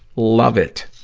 love it!